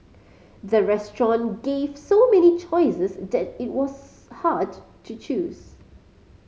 the restaurant gave so many choices that it was hard to choose